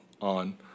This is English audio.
on